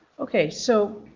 ok, so